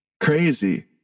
crazy